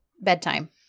bedtime